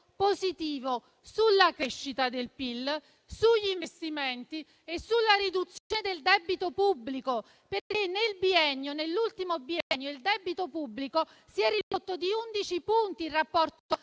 positivo sulla crescita del PIL, sugli investimenti e sulla riduzione del debito pubblico, perché nell'ultimo biennio il rapporto debito-PIL si è ridotto di 11 punti. Questo